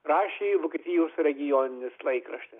rašė vokietijos regioninis laikraštis